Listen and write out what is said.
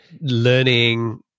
learning